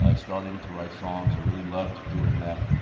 ah starting to write songs. i really loved doing that.